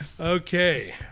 Okay